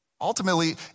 Ultimately